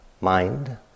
mind